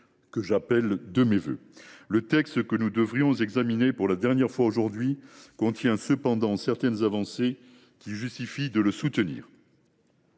que j’appelle de mes vœux. Le texte que nous examinons sans doute pour la dernière fois aujourd’hui contient cependant certaines avancées qui justifient de le soutenir.